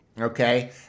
Okay